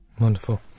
Wonderful